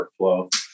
workflow